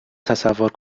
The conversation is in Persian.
تصور